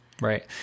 Right